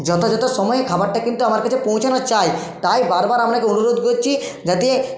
যথাযথ সময়ে খাবারটা কিন্তু আমার কাছে পৌঁছানো চাই তাই বারবার আপনাকে অনুরোধ করছি যাতে